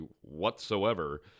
whatsoever